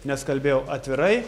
nes kalbėjau atvirai